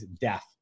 death